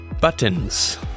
buttons